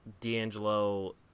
D'Angelo